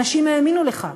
אנשים האמינו לך.